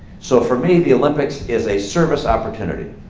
so for me, the olympics is a service opportunity.